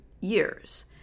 years